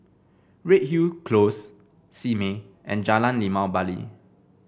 Redhill Close Simei and Jalan Limau Bali